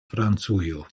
francujo